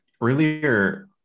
Earlier